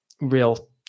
real